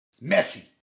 Messy